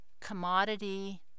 commodity